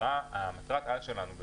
מטרת העל שלנו היא